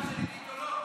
(קוראת בשמות חברי הכנסת)